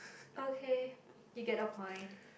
okay you get the point